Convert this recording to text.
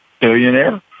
billionaire